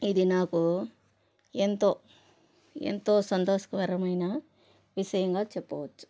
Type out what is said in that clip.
ఇది నాకు ఎంతో ఎంతో సంతోషకరమైన విషయంగా చెప్పవచ్చు